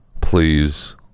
please